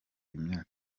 imyaka